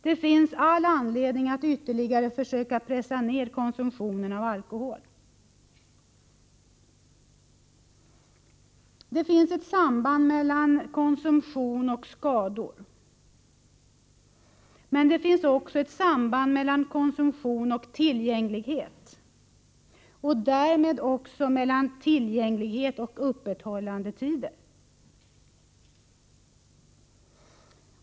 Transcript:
Det finns all anledning att försöka pressa ned konsumtionen av alkohol ytterligare. Det finns ett samband mellan konsumtion och skador. Men det finns också ett samband mellan konsumtion och tillgänglighet, och därmed också mellan tillgänglighet och öppethållandetider.